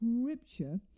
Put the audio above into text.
scripture